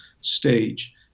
stage